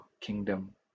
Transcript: kingdom